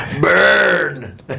Burn